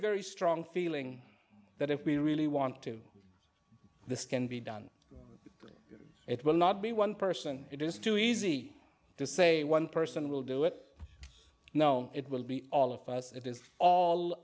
very strong feeling that if we really want to this can be done it will not be one person it is too easy to say one person will do it now it will be all of us